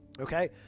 Okay